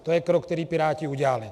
To je krok, který Piráti udělali.